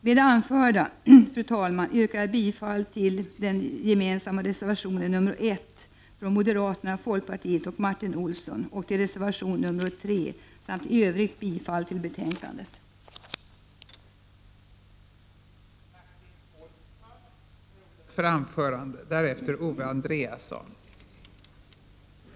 Med det anförda, fru talman, yrkar jag bifall till den gemensamma reservationen nr 1 från moderaterna, folkpartiet och centerpartisten Martin Olsson, till reservation nr 3 samt i övrigt till utskottets hemställan i detta betänkande.